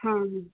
हां